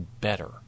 better